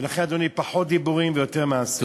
ולכן, אדוני, פחות דיבורים ויותר מעשים.